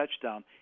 touchdown